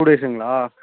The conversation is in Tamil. டூ டேஸுங்களா